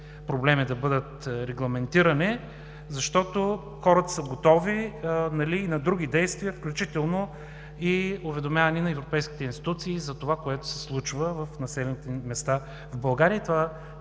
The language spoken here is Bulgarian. проблеми да бъдат регламентирани, защото хората са готови и на други действия, включително и уведомяване на европейските институции за това, което се случва в населените места в България,